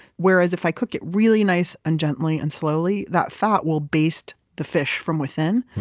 whereas if i cook it really nice and gently and slowly, that fat will baste the fish from within.